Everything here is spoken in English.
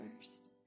first